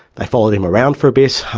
they followed him around for a bit,